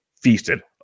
feasted